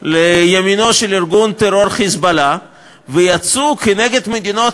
לימינו של ארגון הטרור "חיזבאללה" ויצאו כנגד מדינות